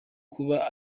kuba